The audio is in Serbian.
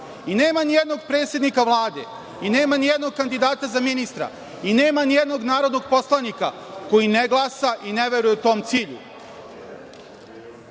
Nema ni jednog predsednika Vlade, nema ni jednog kandidata za ministra i nema ni jednog narodnog poslanika koji ne glasa i ne veruje tom